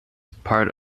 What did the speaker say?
part